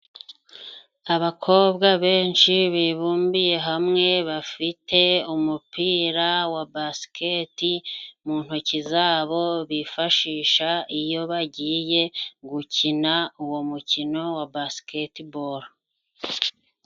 Abakobwa benshi bibumbiye hamwe, bafite umupira wa basiketi mu ntoki zabo bifashisha, iyo bagiye gukina uwo mukino wa basiketibolo.